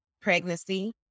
pregnancy